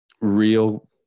real